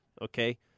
okay